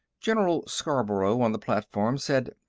general scarborough, on the platform, said,